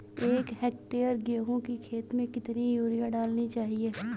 एक हेक्टेयर गेहूँ की खेत में कितनी यूरिया डालनी चाहिए?